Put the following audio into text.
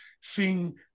seeing